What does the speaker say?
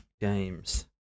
games